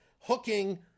hooking